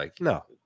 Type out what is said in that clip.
No